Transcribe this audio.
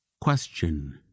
question